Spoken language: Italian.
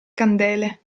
candele